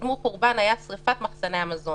שקידמו חורבן היה שריפת מחסני המזון.